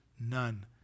none